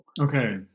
okay